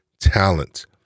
talent